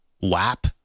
WAP